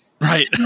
right